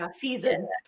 season